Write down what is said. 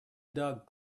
doug